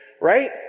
Right